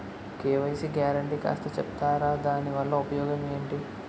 KYC guarantee కాస్త చెప్తారాదాని వల్ల ఉపయోగం ఎంటి?